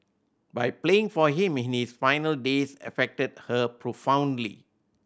but playing for him in his final days affected her profoundly